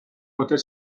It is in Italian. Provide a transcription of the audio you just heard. poter